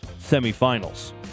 semifinals